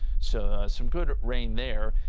so some good rain there.